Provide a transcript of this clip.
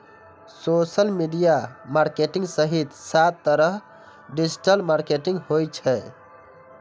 social media marketing सहित सात तरहक डिजिटल मार्केटिंग होइ छै